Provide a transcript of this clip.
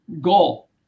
goal